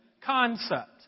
concept